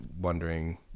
wondering